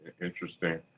interesting